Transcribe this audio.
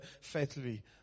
faithfully